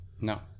No